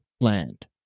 land